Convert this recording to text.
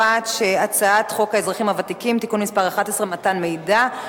הצעת חוק האזרחים הוותיקים (תיקון מס' 11) (מתן מידע),